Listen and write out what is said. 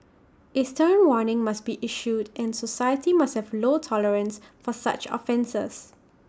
A stern warning must be issued and society must have low tolerance for such offences